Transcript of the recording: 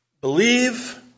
Believe